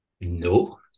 no